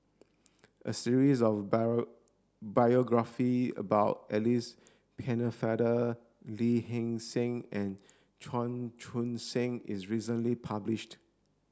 a series of biography about Alice Pennefather Lee Hee Seng and Chan Chun Sing is recently published